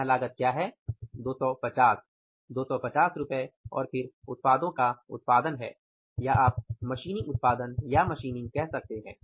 यहाँ लागत क्या है 250 250 रु और फिर उत्पादों का उत्पादन है या आप मशीनिंग उत्पादन या मशीनिंग कह सकते हैं